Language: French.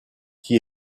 qui